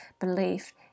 belief